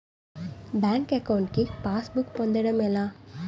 Bank account కి passbook పొందడం ఎలా?